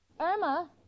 irma